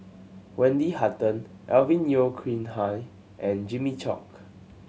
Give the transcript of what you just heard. Wendy Hutton Alvin Yeo Khirn Hai and Jimmy Chok